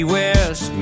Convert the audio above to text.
West